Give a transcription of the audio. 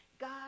God